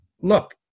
look